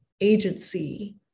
agency